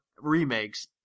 remakes